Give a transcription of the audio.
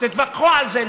תתווכחו על זה,